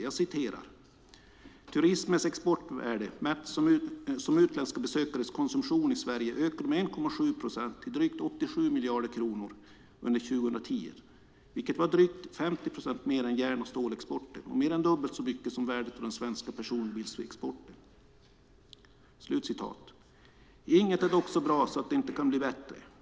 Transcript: Jag citerar: "Turismens exportvärde, mätt som utländska besökares konsumtion i Sverige, ökade med 1,7 procent till drygt 87 miljarder kronor under 2010, vilket var drygt 50 procent mer än järn och stålexporten och mer än dubbelt så mycket som värdet av den svenska personbilsexporten." Inget är dock så bra att det inte kan bli bättre.